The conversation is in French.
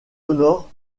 honore